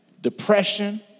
depression